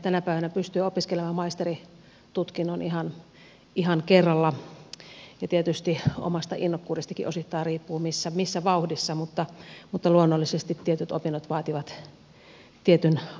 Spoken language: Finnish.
tänä päivänä pystyy opiskelemaan maisteritutkinnon ihan kerralla ja tietysti omasta innokkuudestakin osittain riippuu missä vauhdissa mutta luonnollisesti tietyt opinnot vaativat tietyn ajan